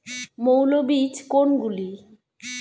মৌল বীজ কোনগুলি?